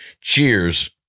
Cheers